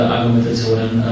Argumentationen